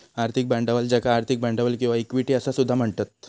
आर्थिक भांडवल ज्याका आर्थिक भांडवल किंवा इक्विटी असा सुद्धा म्हणतत